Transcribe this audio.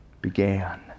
began